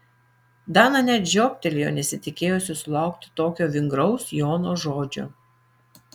dana net žiobtelėjo nesitikėjusi sulaukti tokio vingraus jono žodžio